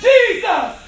Jesus